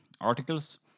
articles